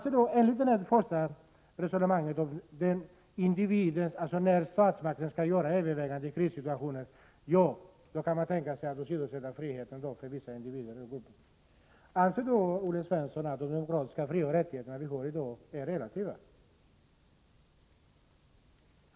Enligt resonemanget om statsmaktens överväganden i krissituationer måste man kunna tänka sig att åsidosätta vissa individers frioch rättigheter. Anser då Olle Svensson att de demokratiska frioch rättigheter vi har i dag är relativa?